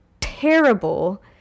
terrible